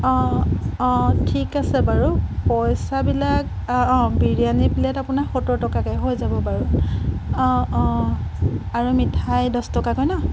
অঁ অঁ ঠিক আছে বাৰু পইচাবিলাক অঁ বিৰিয়ানি প্লে'ট আপোনাৰ সত্তৰ টকাকৈ হৈ যাব বাৰু অঁ অঁ আৰু মিঠাই দছটকাকৈ ন'